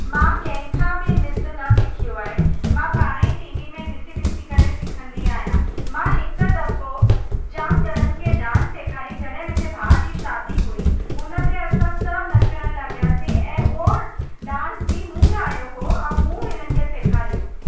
मां कंहिंखां बि नृत्य न सिखियो आहे मां पाण ई टी वी में ॾिसी ॾिसी करे सिखंदी आहियां मां हिकु दफ़ो जामु ॼणनि खे डांस सेखारी जॾहिं मुंहिंजे भाउ जी शादी हुई हुनते असां सभु नचणु लॻियासीं ऐं उहो डांस बि मूं ठाहियो हो ऐं मूं हिननि खे सेखारियो